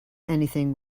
anything